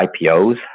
IPOs